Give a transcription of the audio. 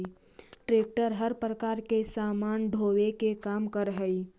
tractor हर प्रकार के सामान ढोवे के काम करऽ हई